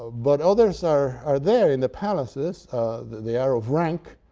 but others are are there in the palaces they are of rank.